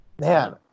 Man